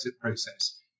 process